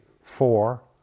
Four